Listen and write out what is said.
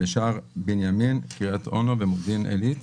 בשער בנימין, קריית אונו ומודיעין עילית,